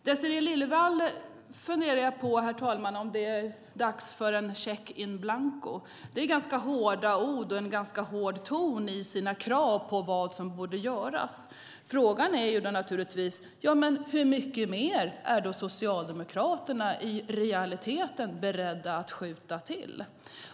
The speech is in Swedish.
Till Désirée Liljevall: Man börjar fundera om det är dags för en check in blanco. Det är ganska hårda ord och en ganska hård ton i kraven på vad som borde göras. Frågan är naturligtvis: Hur mycket mer är Socialdemokraterna i realiteten beredda att skjuta till?